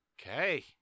Okay